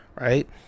Right